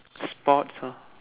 sports lah